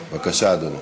בבקשה, אדוני.